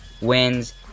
wins